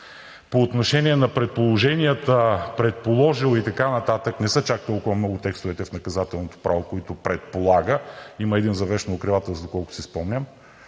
По отношение на предположенията – „предположил“ и така нататък, не са чак толкова много текстовете в наказателното право, които предполага. Има един за „вещен укривател“, доколкото си спомням,